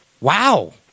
Wow